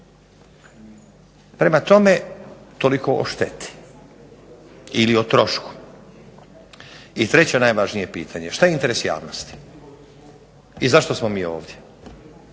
prema tome toliko o šteti i kontroli. I treće najvažnije pitanje, šta je interes javnosti i zašto smo mi ovdje.